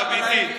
את אמיתית,